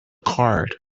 card